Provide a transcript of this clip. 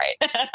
right